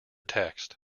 text